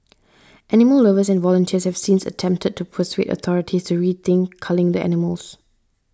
animal lovers and volunteers have since attempted to persuade authorities to rethink culling the animals